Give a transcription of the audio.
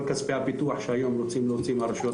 כל כספי הפיתוח שהיום רוצים להוציא מהרשויות